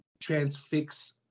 transfix